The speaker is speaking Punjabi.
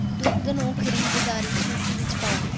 ਦੁੱਧ ਨੂੰ ਖਰੀਦਦਾਰੀ ਸੂਚੀ ਵਿੱਚ ਪਾਓ